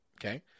Okay